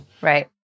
Right